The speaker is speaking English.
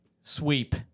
Sweep